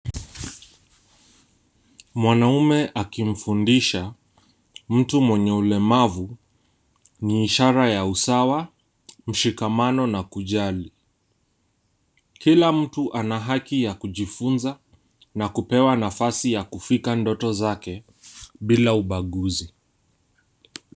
Mwanaume akimfundisha mtu mwenye ulemavu ni ishara ya usawa, mshikamano na kujali. Kila mtu ana haki ya kujifunza na kupewa nafasi ya kufikia ndoto zake bila ubaguzi.